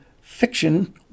fiction